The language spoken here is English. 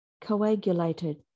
coagulated